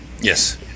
Yes